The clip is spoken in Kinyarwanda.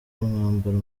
umwambaro